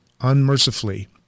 unmercifully